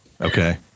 okay